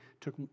took